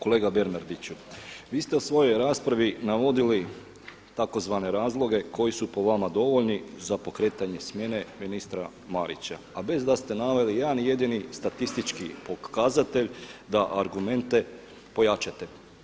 Kolega Bernardiću, vi ste u svojoj raspravi navodili tzv. razloge koji su po vama dovoljni za pokretanje smjene ministra Marića a bez da ste naveli jedan jedini statistički pokazatelj da argumente pojačate.